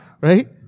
Right